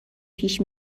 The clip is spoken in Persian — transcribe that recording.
پیش